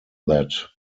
that